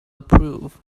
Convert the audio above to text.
approve